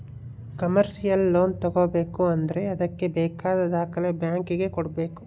commercial loan ತಗೋಬೇಕು ಅಂದ್ರೆ ಅದ್ಕೆ ಬೇಕಾದ ದಾಖಲೆ ಬ್ಯಾಂಕ್ ಗೆ ಕೊಡ್ಬೇಕು